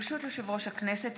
ברשות יושב-ראש הכנסת,